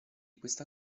questo